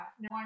no